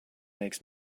makes